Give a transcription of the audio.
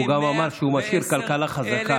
הוא גם אמר שהוא משאיר כלכלה חזקה.